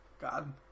God